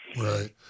Right